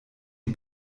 die